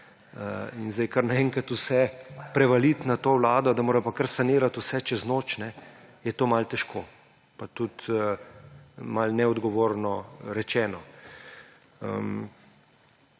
mehom. Kar naenkrat prevaliti na to vlado, da pa morajo sanirati vse čez noč, je malce težko pa tudi malo neodgovorno rečeno.